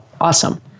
Awesome